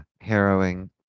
harrowing